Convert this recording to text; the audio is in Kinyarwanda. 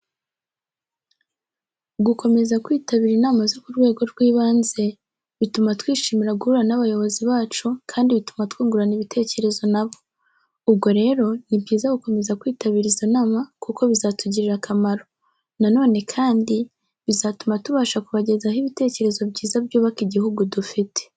Gukomeza kwitabira inama zo ku rwego rw'ibanze, bituma twishimira guhura n'abayobozi bacu kandi bituma twungurana ibitekerezo na bo. Ubwo rero ni byiza gukomeza kwitabira izo nama kuko bizatugirira akamaro. Na none kandi bizatuma tubasha kubagezaho ibitekerezo byiza by'ubaka igihugu dufite.